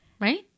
Right